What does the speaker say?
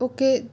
okay